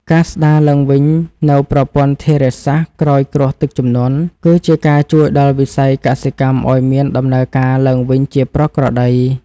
ការស្តារឡើងវិញនូវប្រព័ន្ធធារាសាស្ត្រក្រោយគ្រោះទឹកជំនន់ គឺជាការជួយដល់វិស័យកសិកម្មឱ្យមានដំណើរការឡើងវិញជាប្រក្រតី។